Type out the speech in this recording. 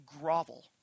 grovel